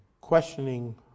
questioning